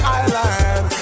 island